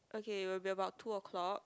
okay will be about two o-clock